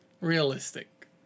realistic